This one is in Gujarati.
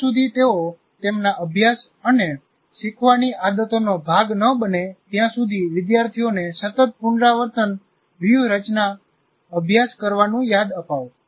જ્યાં સુધી તેઓ તેમના અભ્યાસ અને શીખવાની આદતોનો ભાગ ન બને ત્યાં સુધી વિદ્યાર્થીઓને સતત પુનરાવર્તન વ્યૂહરચના અભ્યાસ કરવાનું યાદ અપાવો